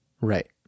Right